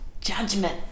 judgment